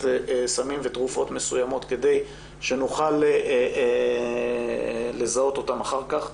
הסמים ותרופות מסוימות כדי שנוכל לזהות אותם אחר כך: